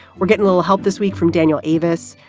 we're getting a little help this week from daniel avis.